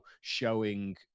showing